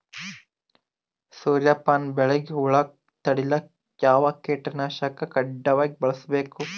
ಸೂರ್ಯಪಾನ ಬೆಳಿಗ ಹುಳ ತಡಿಲಿಕ ಯಾವ ಕೀಟನಾಶಕ ಕಡ್ಡಾಯವಾಗಿ ಬಳಸಬೇಕು?